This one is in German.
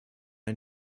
ein